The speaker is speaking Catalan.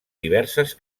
diverses